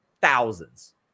Thousands